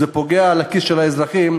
שזה פוגע בכיס של האזרחים,